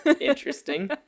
interesting